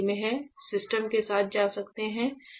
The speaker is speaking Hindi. सिस्टम के साथ जा सकते हैं